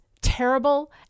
terrible